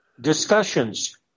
discussions